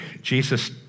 Jesus